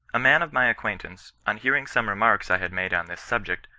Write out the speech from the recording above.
a man of my acquaintance, on hearing some remarks i had made on this subject,